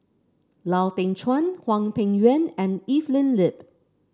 Lau Teng Chuan Hwang Peng Yuan and Evelyn Lip